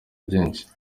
byinshi